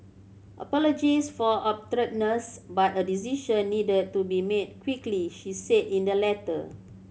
apologies for abruptness but a decision needed to be made quickly she said in the letter